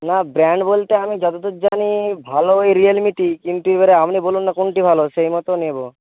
না ব্র্যান্ড বলতে আমি যতদূর জানি ভালো ওই রিয়েলমিটি কিন্তু এবার আপনি বলুন না কোনটি ভালো সেই মতো নেব